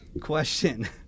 question